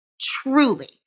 truly